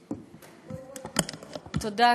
תודה,